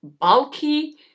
bulky